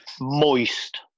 moist